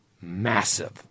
massive